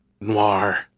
Noir